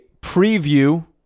preview